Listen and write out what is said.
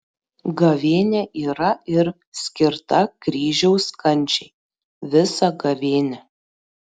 gavėnia yra ir skirta kryžiaus kančiai visa gavėnia